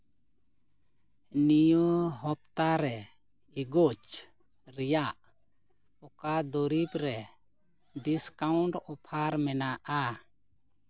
ᱱᱤᱭᱟᱹ ᱦᱟᱯᱛᱟ ᱨᱮ ᱤᱜᱳᱡᱽ ᱨᱮᱭᱟᱜ ᱚᱠᱟ ᱫᱩᱨᱤᱵ ᱨᱮ ᱰᱤᱥᱠᱟᱣᱩᱱᱴ ᱚᱯᱷᱟᱨ ᱢᱮᱱᱟᱜᱼᱟ